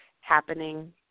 happening